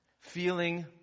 feeling